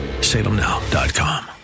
salemnow.com